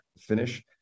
finish